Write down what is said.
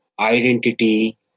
identity